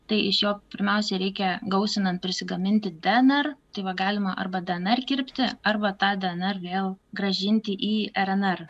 tai iš jo pirmiausia reikia gausinant prisigaminti dnr tai va galima arba dnr kirpti arba tą dnr vėl grąžinti į rnr